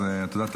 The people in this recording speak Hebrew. אז את יודעת,